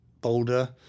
boulder